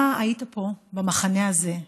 אתה היית פה, במחנה הזה,